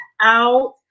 out